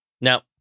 Now